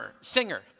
singer